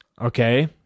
Okay